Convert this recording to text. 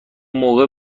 موقع